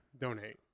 donate